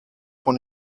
von